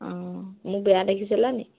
অঁ মোক বেয়া দেখিছিলানি